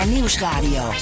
Nieuwsradio